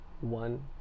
one